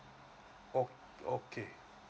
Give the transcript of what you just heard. ok~ okay